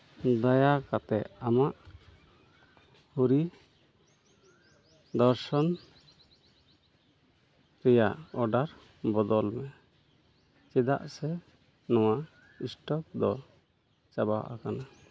ᱫᱟᱭᱟ ᱠᱟᱛᱮᱫ ᱟᱢᱟᱜ ᱦᱚᱨᱤ ᱫᱚᱨᱥᱚᱱ ᱨᱮᱭᱟᱜ ᱚᱰᱟᱨ ᱵᱚᱫᱚᱞᱢᱮ ᱪᱮᱫᱟᱜ ᱥᱮ ᱱᱚᱣᱟ ᱚᱥᱴᱚᱠ ᱫᱚ ᱪᱟᱵᱟ ᱟᱠᱟᱱᱟ